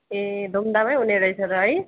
ए धुमधामै हुने रहेछ त है